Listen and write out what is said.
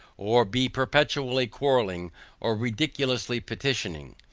or be perpetually quarrelling or ridiculously petitioning.